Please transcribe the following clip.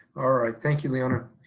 all right, thank you, leona.